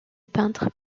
peintre